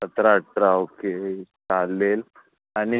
सतरा अठरा ओके चालेल आणि